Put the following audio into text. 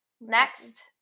Next